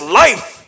life